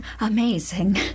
amazing